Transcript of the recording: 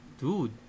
dude